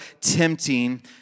tempting